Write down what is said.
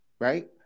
right